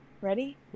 Ready